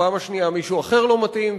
בפעם השנייה מישהו אחר לא מתאים,